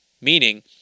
Meaning